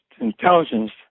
intelligence